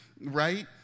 right